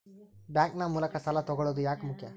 Bank ನ ಮೂಲಕ ಸಾಲ ತಗೊಳ್ಳೋದು ಯಾಕ ಮುಖ್ಯ?